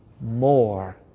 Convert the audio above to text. more